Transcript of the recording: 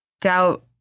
Doubt